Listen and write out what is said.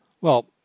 Well